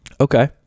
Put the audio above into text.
Okay